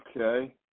okay